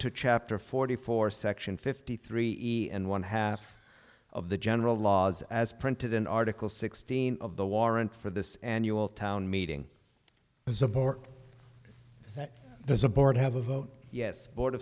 to chapter forty four section fifty three and one half of the general laws as printed in article sixteen of the warrant for the annual town meeting and support there's a board have a vote yes board